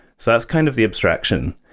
so that's kind of the abstraction.